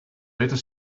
better